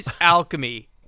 alchemy